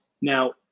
Now